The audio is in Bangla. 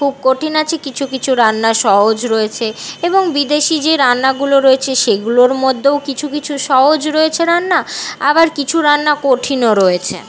খুব কঠিন আছে কিছু কিছু রান্না সহজ রয়েছে এবং বিদেশি যে রান্নাগুলো রয়েছে সেগুলোর মধ্যেও কিছু কিছু সহজ রয়েছে রান্না আবার কিছু রান্না কঠিনও রয়েছে